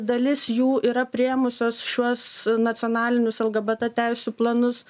dalis jų yra priėmusios šiuos nacionalinius lgbt teisių planus